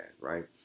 right